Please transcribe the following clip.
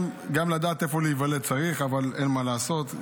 גם לדעת איפה להיוולד צריך, אבל אין מה לעשות.